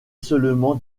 seulement